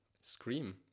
scream